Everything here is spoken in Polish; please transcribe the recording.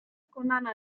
przekonana